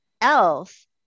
else